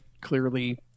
clearly